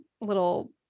little